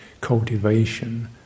cultivation